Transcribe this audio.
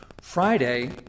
Friday